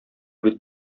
бит